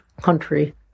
country